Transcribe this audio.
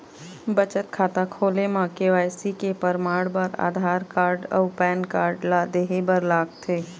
बचत खाता खोले म के.वाइ.सी के परमाण बर आधार कार्ड अउ पैन कार्ड ला देहे बर लागथे